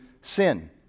sin